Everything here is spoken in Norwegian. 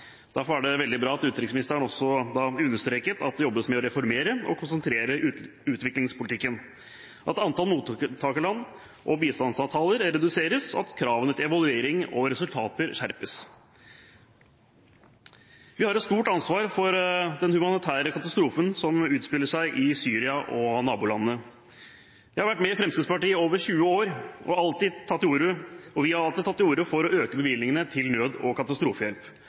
Derfor er det veldig bra at utenriksministeren også understreket at det jobbes med å reformere og konsentrere utviklingspolitikken, at antall mottakerland og bistandsavtaler reduseres, og at kravene til evaluering og resultater skjerpes. Vi har et stort ansvar for den humanitære katastrofen som utspiller seg i Syria og nabolandene. Jeg har vært med i Fremskrittspartiet i over 20 år, og vi har alltid tatt til orde for å øke bevilgningene til nød- og katastrofehjelp.